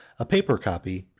a paper copy,